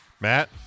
Matt